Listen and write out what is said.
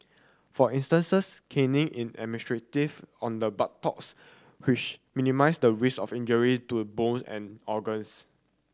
for instances caning is administered on the buttocks which minimise the risk of injury to bone and organs